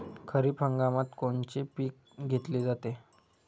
खरिप हंगामात कोनचे पिकं घेतले जाते?